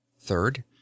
third